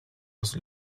was